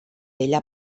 ella